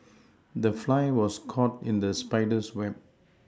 the fly was caught in the spider's web